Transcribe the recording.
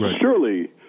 Surely